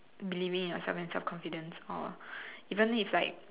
believing in yourself and self confidence or even though it's like